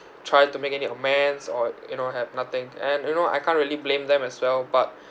try to make any amends or you know have nothing and you know I can't really blame them as well but